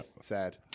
Sad